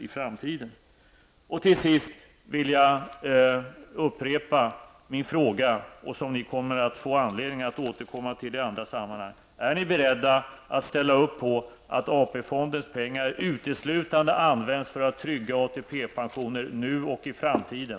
Låt mig till sist upprepa min fråga, en fråga som vi får anledning att återkomma till i andra sammanhang: Är ni beredda att ställa upp på att AP-fondens pengar uteslutande används för att trygga ATP nu och i framtiden?